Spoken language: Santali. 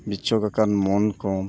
ᱵᱤᱪᱷᱚᱠ ᱟᱠᱟᱱ ᱢᱚᱱ ᱠᱚᱢ